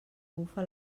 bufa